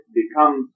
become